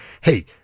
Hey